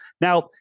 Now